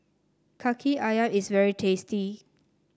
Kaki ayam is very tasty